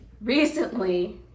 recently